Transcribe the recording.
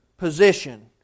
Position